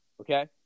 okay